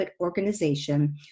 organization